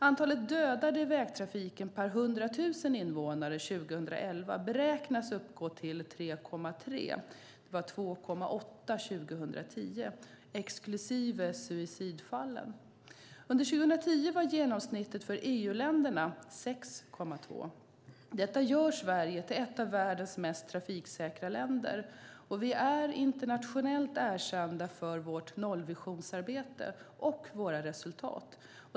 Antalet dödade i vägtrafiken per 100 000 invånare 2011 beräknas uppgå till 3,3 - det var 2,8 2010 - exklusive suicidfallen. Under 2010 var genomsnittet för EU-länderna 6,2. Detta gör Sverige till ett av världens mest trafiksäkra länder, och vi är internationellt erkända för vårt nollvisionsarbete och våra resultat.